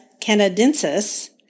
canadensis